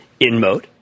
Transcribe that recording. InMode